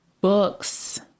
books